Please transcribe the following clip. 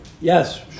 Yes